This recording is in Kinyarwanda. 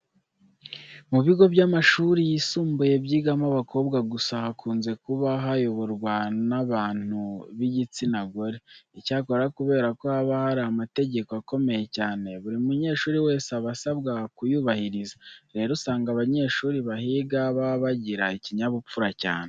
Mu bigo by'amashuri yisumbuye byigamo abakobwa gusa hakunze kuba hayoborwa n'abantu b'igitsina gore. Icyakora kubera ko haba hari amategeko akomeye cyane, buri munyeshuri wese aba asabwa kuyubahiriza. Rero usanga abanyeshuri bahiga baba bagira ikinyabupfura cyane.